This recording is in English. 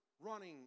running